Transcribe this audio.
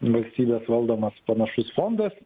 valstybės valdomas panašus fondas